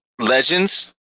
Legends